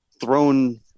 thrown